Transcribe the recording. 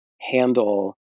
handle